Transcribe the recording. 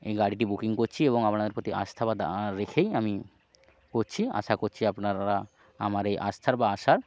এই গাড়িটি বুকিং করছি এবং আপনার প্রতি আস্থা বা দা রেখেই আমি করছি আশা করছি আপনারা আমার এই আস্থার বা আশার